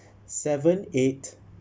seven eight